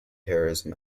terrorism